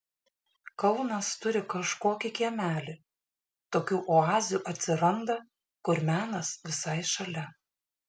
kaunas turi kažkokį kiemelį tokių oazių atsiranda kur menas visai šalia